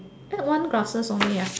add one glasses only